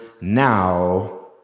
now